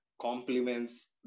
complements